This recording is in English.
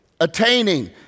attaining